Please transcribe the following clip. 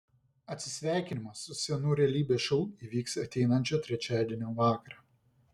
atsisveikinimas su senu realybės šou įvyks ateinančio trečiadienio vakarą